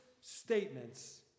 statements